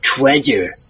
Treasure